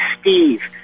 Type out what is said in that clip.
Steve